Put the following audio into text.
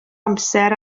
amser